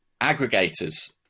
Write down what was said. aggregators